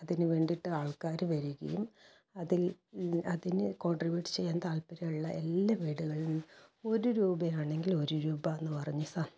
അതിനു വേണ്ടിട്ട് ആൾക്കാര് വരികയും അതിൽ അതിന് കോൺട്രിബ്യുട്ട് ചെയ്യാൻ താല്പര്യമുള്ള എല്ലാ വീടുകളിലും ഒരു രൂപയാണെങ്കിൽ ഒരു രൂപാന്ന് പറഞ്ഞ് സം